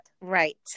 Right